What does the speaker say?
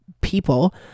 people